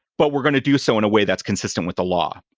but we're going to do so in a way that's consistent with the law.